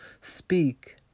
Speak